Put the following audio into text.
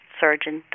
surgeon